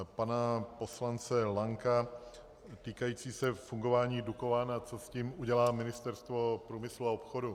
Pana poslance Lanka týkající se fungování Dukovan, a co s tím udělá Ministerstvo průmyslu a obchodu.